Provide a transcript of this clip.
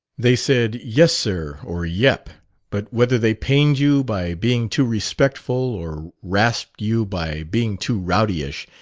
they said yes, sir, or yep but whether they pained you by being too respectful or rasped you by being too rowdyish,